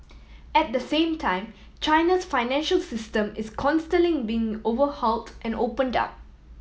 at the same time China's financial system is constantly being overhauled and opened up